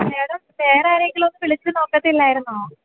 madam വേറെ ആരെങ്കിലൊന്നു വിളിച്ചു നോക്കത്തില്ലായിരുന്നോ